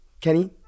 Kenny